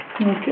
Okay